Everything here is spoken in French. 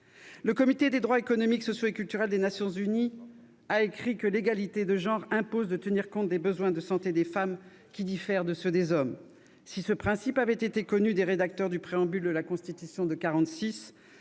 le Comité des droits économiques, sociaux et culturels des Nations unies, « l'égalité de genre impose [...] de tenir compte des besoins de santé des femmes, qui diffèrent de ceux des hommes ». Si ce principe avait été connu des rédacteurs du préambule de la Constitution de 1946,